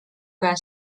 käe